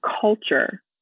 culture